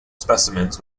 specimens